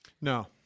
No